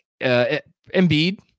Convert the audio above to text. Embiid